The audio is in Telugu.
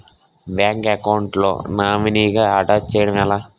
బ్యాంక్ అకౌంట్ లో నామినీగా అటాచ్ చేయడం ఎలా?